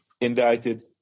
indicted